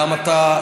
גם אתה,